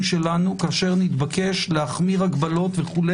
שלנו כאשר נתבקש להחמיר הגבלות וכו',